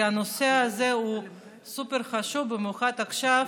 כי הנושא הזה הוא סופר חשוב, במיוחד עכשיו,